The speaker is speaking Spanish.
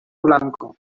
blanco